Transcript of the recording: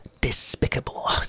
despicable